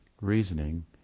reasoning